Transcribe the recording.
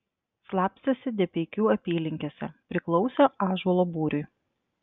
slapstėsi debeikių apylinkėse priklausė ąžuolo būriui